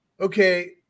okay